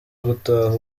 gutaha